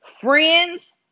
friends